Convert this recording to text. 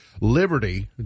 liberty